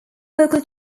vocal